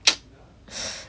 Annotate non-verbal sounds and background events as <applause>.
<noise>